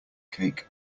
cake